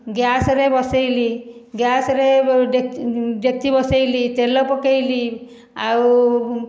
ଗ୍ୟାସରେ ବସେଇଲି ଗ୍ୟାସରେ ଡେକ୍ଚି ବସେଇଲି ତେଲ ପକେଇଲି ଆଉ